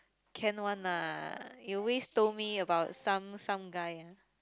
can one lah you always told me about some some guy ya